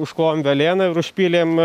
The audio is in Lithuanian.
užklojom velėna ir užpylėm